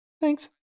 Thanks